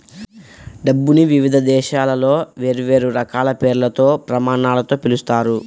డబ్బుని వివిధ దేశాలలో వేర్వేరు రకాల పేర్లతో, ప్రమాణాలతో పిలుస్తారు